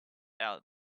out